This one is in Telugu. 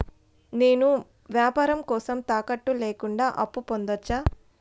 నేను వ్యాపారం కోసం తాకట్టు లేకుండా అప్పు పొందొచ్చా?